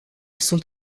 sunt